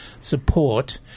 support